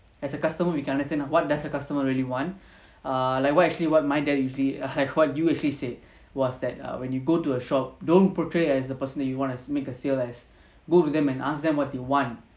as a customer we can understand what does the customer really want err like what actually what my dad usually err what you actually said was that err when you go to a shop don't portray as the person then you want to make a sale as go with them and ask them what they want